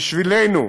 הראל, בשבילנו,